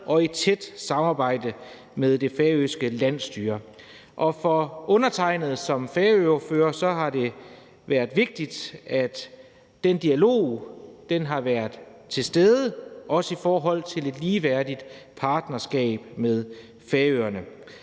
og i tæt samarbejde med det færøske landsstyre. For undertegnede som færøordfører har det været vigtigt, at den dialog har været til stede, også i forhold til et ligeværdigt partnerskab med Færøerne.